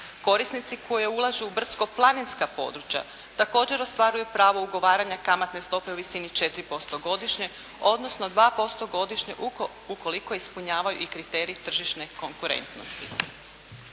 Korisnici koji ulažu u brdsko-planinska područja također ostvaruju pravo ugovaranja kamatne stope u visini 4% godišnje, odnosno 2% godišnje ukoliko ispunjavaju i kriterij tržišne konkurentnosti.